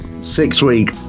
six-week